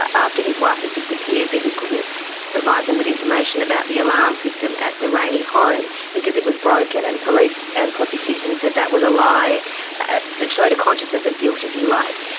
after his wife had disappeared that he couldn't provide them with information about the alarm system at the rayney home because it was broken, and police and prosecution said that was a lie ah that showed a consciousness of guilt, if you like.